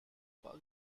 bug